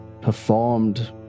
performed